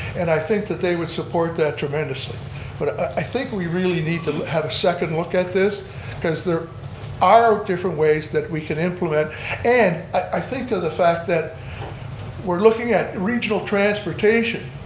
and i think that they would support that tremendously but i think we really need to have a second look at this because there are different ways that we can implement and i think of the fact that we're looking at regional transportation.